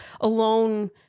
alone